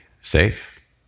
safe